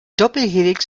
doppelhelix